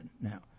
now